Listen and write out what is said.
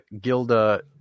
Gilda